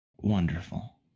Wonderful